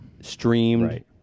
streamed